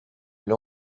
elle